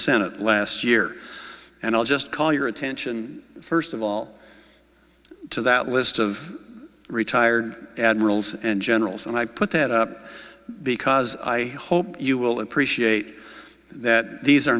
senate last year and i'll just call your attention first of all to that list of retired admirals and generals and i put that up because i hope you will appreciate that these are